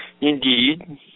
Indeed